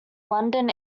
london